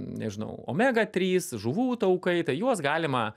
nežinau omega trys žuvų taukai tai juos galima